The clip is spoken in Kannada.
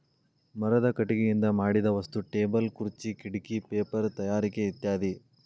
ಮರದ ಕಟಗಿಯಿಂದ ಮಾಡಿದ ವಸ್ತು ಟೇಬಲ್ ಖುರ್ಚೆ ಕಿಡಕಿ ಪೇಪರ ತಯಾರಿಕೆ ಇತ್ಯಾದಿ